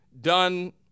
done